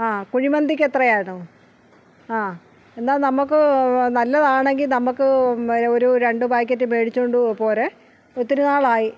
ആ കുഴിമന്തിക്ക് എത്രയാണ് ആ എന്നാൽ നമുക്ക് നല്ലതാണെങ്കിൽ നമുക്ക് പിന്നെ ഒരു രണ്ട് പാക്കറ്റ് മേടിച്ചുകൊണ്ട് പോര് ഒത്തിരി നാളായി